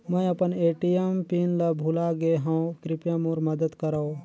मैं अपन ATM PIN ल भुला गे हवों, कृपया मोर मदद करव